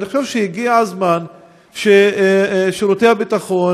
אני חושב שהגיע הזמן ששירותי הביטחון,